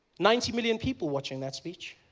ninety million people watching that speech